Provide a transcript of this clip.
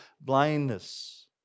blindness